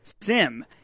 sim